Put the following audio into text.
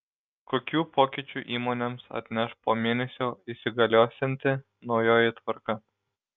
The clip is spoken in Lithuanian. kokių pokyčių įmonėms atneš po mėnesio įsigaliosianti naujoji tvarka